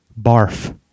Barf